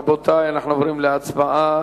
רבותי, אנחנו עוברים להצבעה.